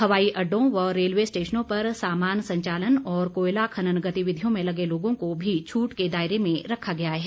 हवाई अड्डों व रेलवे स्टेशनों पर सामान संचालन और कोयला खनन गतिविधियों में लगे लोगों को भी छूट के दायरे में रखा गया है